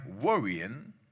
worrying